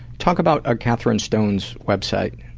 talk about ah kathrine stones' website.